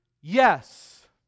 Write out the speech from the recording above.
yes